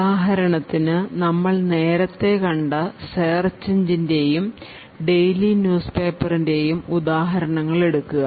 ഉദാഹരണത്തിന് നമ്മൾ നേരത്തെ കണ്ട സേർച്ച് എഞ്ചിൻറ്യും ഡെയിലി ന്യൂസ് പേപ്പർൻറെയും ഉദാഹരണങ്ങൾ എടുക്കുക